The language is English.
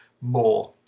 more